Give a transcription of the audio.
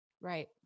Right